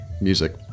music